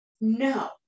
No